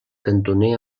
cantoner